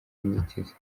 inzitizi